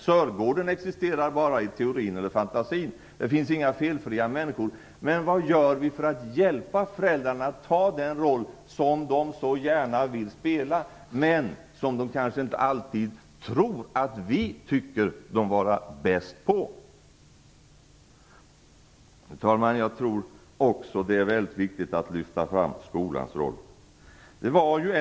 Sörgården existerar bara i teorin eller i fantasin. Det finns inga felfria människor. Men vad gör vi för att hjälpa föräldrarna att ta den roll som de så gärna vill spela men som de kanske inte tror att vi tycker att de är bäst på? Fru talman! Jag tror att det är väldigt viktigt att också lyfta fram skolans roll.